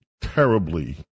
terribly